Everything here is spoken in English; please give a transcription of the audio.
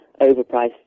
overpriced